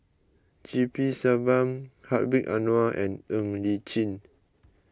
G P Selvam Hedwig Anuar and Ng Li Chin